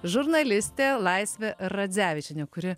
žurnalistė laisvė radzevičienė kuri